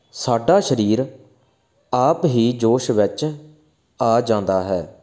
ਸਾਡਾ ਸਰੀਰ ਆਪ ਹੀ ਜੋਸ਼ ਵਿੱਚ ਆ ਜਾਂਦਾ ਹੈ